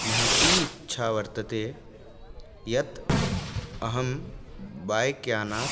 महती इच्छा वर्तते यत् अहं बैक्यानात्